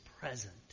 present